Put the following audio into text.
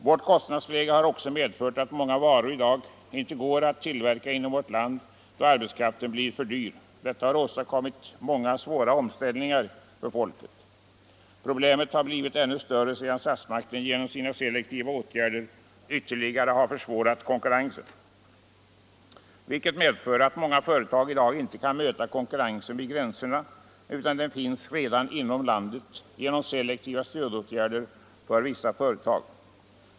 Vårt kostnadsläge har också medfört att många varor i dag inte går att tillverka inom vårt land, därför att arbetskraften har blivit för dyr. Detta har åstadkommit många svåra omställningar för folket. Problemet har blivit ännu större sedan statsmakten genom sina selektiva åtgärder har ytterligare försvårat konkurrensen, vilket medfört att många företag i dag inte kan möta konkurrensen vid gränserna; den finns redan inom landet genom selektiva stödåtgärder för vissa företag.